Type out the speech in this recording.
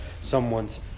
someone's